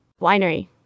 Winery